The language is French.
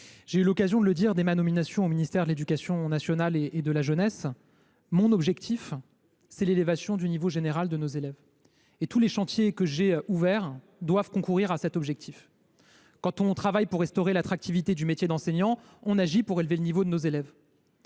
j’ai eu l’occasion de le dire dès ma nomination au ministère de l’éducation nationale et de la jeunesse, mon objectif est l’élévation du niveau général de nos élèves. Tous les chantiers que j’ai ouverts doivent y concourir. Quand on travaille pour restaurer l’attractivité du métier d’enseignant, on agit pour élever le niveau de nos élèves.